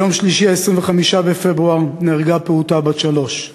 ביום שלישי 25 בפברואר נהרגה פעוטה בת שלוש,